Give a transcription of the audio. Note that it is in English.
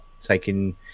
taking